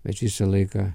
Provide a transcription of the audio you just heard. bet visą laiką